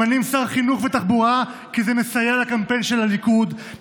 ממנים שר חינוך ושר תחבורה כי זה מסייע לקמפיין של הליכוד,